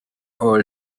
all